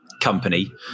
company